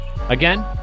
Again